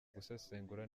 gusesengura